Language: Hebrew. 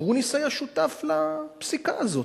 גרוניס היה שותף לפסיקה הזאת.